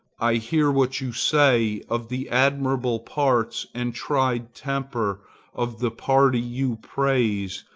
i hear what you say of the admirable parts and tried temper of the party you praise,